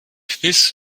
quiz